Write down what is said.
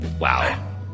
wow